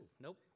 nope